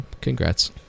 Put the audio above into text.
congrats